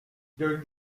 during